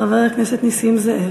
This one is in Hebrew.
חבר הכנסת נסים זאב.